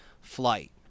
flight